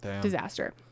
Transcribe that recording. disaster